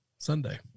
Sunday